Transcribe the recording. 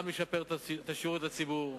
גם ישפר את השירות לציבור,